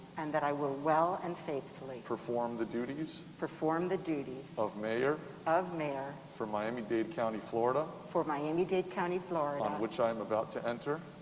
and that i will well and faithfully. perform the duties. perform the duties. of mayor. of mayor. for miami-dade county, florida. for miami-dade county, florida. on which i am about to enter.